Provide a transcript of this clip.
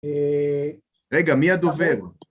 אה... רגע, מי הדובר?